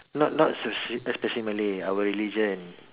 not not especially malay our religion